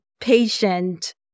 patient